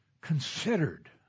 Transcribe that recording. considered